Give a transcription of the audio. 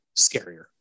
scarier